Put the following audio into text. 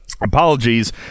Apologies